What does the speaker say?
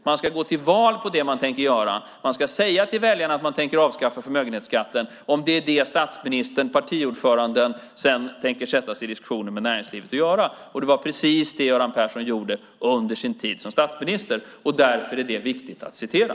Man ska gå till val på det som man tänker göra. Man ska säga till väljarna att man tänker avskaffa förmögenhetsskatten om det är det som statsministern, partiordföranden, sedan tänker sätta sig i diskussioner med näringslivet och göra. Det var precis det som Göran Persson gjorde under sin tid som statsminister. Därför är det viktigt att citera.